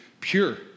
pure